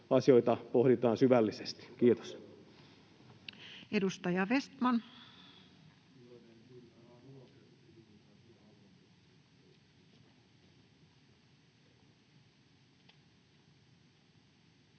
asioita pohditaan syvällisesti. — Kiitos. Edustaja Vestman. Arvoisa